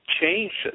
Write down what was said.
changes